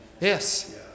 Yes